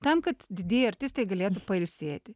tam kad didieji artistai galėtų pailsėti